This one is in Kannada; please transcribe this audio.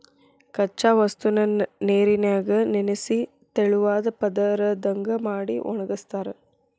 ಕಚ್ಚಾ ವಸ್ತುನ ನೇರಿನ್ಯಾಗ ನೆನಿಸಿ ತೆಳುವಾದ ಪದರದಂಗ ಮಾಡಿ ಒಣಗಸ್ತಾರ